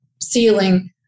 ceiling